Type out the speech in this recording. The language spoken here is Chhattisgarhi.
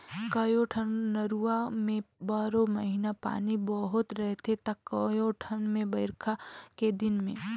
कयोठन नरूवा में बारो महिना पानी बोहात रहथे त कयोठन मे बइरखा के दिन में